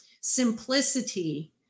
simplicity